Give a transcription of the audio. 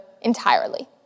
entirely